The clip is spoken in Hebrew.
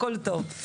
הכל טוב.